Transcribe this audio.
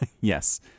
Yes